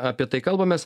apie tai kalbamės